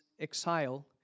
exile